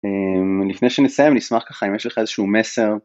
לפני שנסיים נשמח ככה אם יש לך איזשהו מסר.